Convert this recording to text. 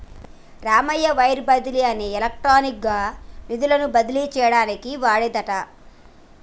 Ramayya wire బదిలీ అనేది electronic గా నిధులను బదిలీ చేయటానికి వాడేదట